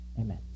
Amen